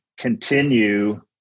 continue